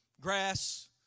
grass